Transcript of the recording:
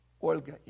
Olga